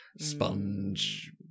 sponge